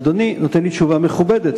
ואדוני נותן לי תשובה מכובדת.